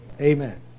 Amen